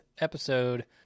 episode